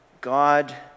God